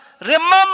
remember